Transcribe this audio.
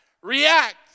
react